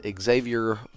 Xavier